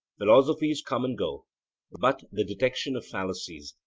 philosophies come and go but the detection of fallacies,